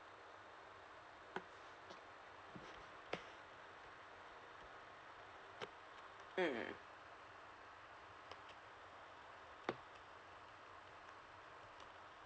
mm